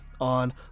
on